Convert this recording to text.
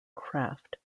craft